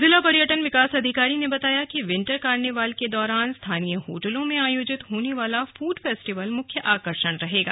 जिला पर्यटन विकास अधिकारी ने बताया कि विंटर कार्निवल के दौरान स्थानीय होटलों में आयोजित होने वाला फूड फेस्टिवल मुख्य आकर्षण रहेगा